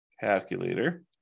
Calculator